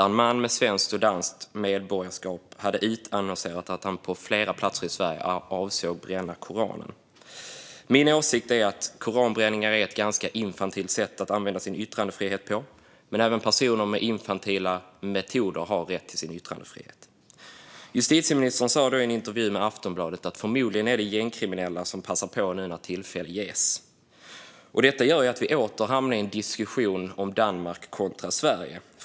En man med svenskt och danskt medborgarskap hade utannonserat att han på flera platser i Sverige avsåg att bränna Koranen. Min åsikt är att koranbränningar är ett ganska infantilt sätt att använda sin yttrandefrihet på. Men även personer med infantila metoder har rätt till sin yttrandefrihet. Justitieministern sa då i en intervju med Aftonbladet: "Förmodligen är det gängkriminella som nu passar på när tillfälle ges." Detta gör att vi åter hamnar i en diskussion om Danmark kontra Sverige.